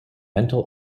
mental